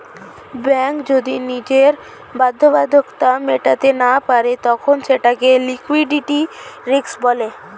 bank যদি নিজের বাধ্যবাধকতা মেটাতে না পারে তখন সেটাকে লিক্যুইডিটি রিস্ক বলে